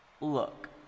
Look